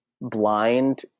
blind